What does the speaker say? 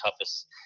toughest